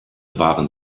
waren